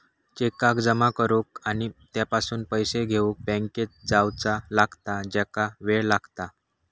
चेकाक जमा करुक आणि त्यापासून पैशे घेउक बँकेत जावचा लागता ज्याका वेळ लागता